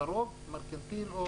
לרוב מרכנתיל או לאומי.